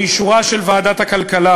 באישורה של ועדת הכלכלה,